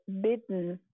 bitten